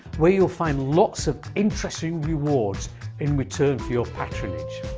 where you find lots of interesting rewards in return for your patronage.